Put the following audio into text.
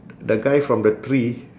the guy from the tree